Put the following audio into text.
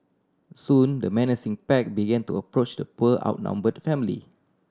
soon the menacing pack began to approach the poor outnumbered family